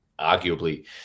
arguably